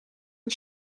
for